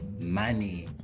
money